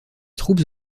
troupes